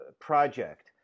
project